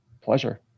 pleasure